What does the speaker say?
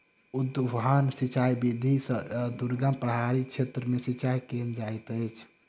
उद्वहन सिचाई विधि से दुर्गम पहाड़ी क्षेत्र में सिचाई कयल जाइत अछि